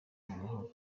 gahoro